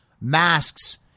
masks